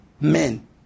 men